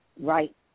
right